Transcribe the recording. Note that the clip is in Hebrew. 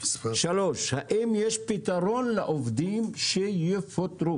שלוש, האם יש פתרון לעובדים שיפוטרו.